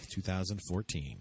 2014